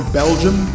belgium